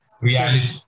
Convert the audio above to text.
reality